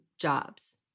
jobs